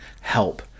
help